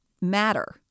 matter